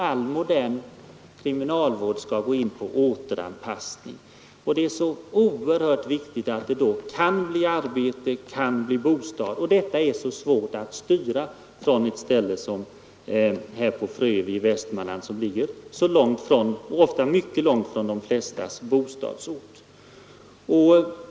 All modern kriminalvård skall ju inriktas på återanpassning, och då är det oerhört viktigt att man kan ordna med arbete och bostad åt de frigivna. Det är, menar jag, svårt att ordna med sådant från ett ställe som Frövi i Västmanland, som ligger mycket långt från många av de intagnas bostadsorter.